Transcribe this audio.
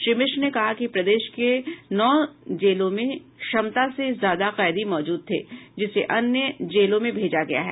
श्री मिश्र ने कहा कि प्रदेश के नौ जेलों में क्षमता से ज्यादा कैदी मौजूद थे जिसे अन्य जेलों में भेजा गया है